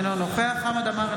אינו נוכח חמד עמאר,